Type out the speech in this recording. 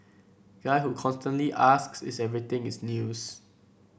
guy who constantly asks is everything is news